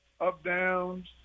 up-downs